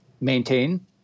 maintain